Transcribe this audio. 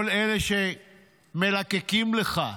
כל אלה שמלקקים לך,